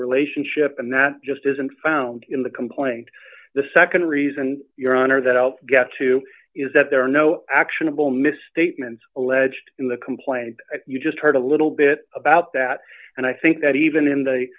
relationship and that just isn't found in the complaint the nd reason your honor that out get to is that there are no actionable misstatements alleged in the complaint you just heard a little bit about that and i think that even in the